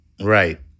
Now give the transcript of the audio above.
Right